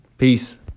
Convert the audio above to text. Peace